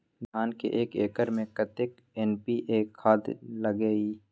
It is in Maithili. धान के एक एकर में कतेक एन.पी.ए खाद लगे इ?